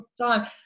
time